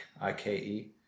I-K-E